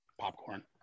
Popcorn